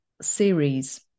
series